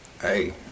Hey